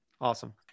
Awesome